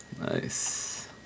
Nice